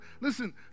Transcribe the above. Listen